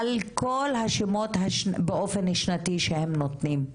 על כל השמות באופן שנתי שהם נותנים.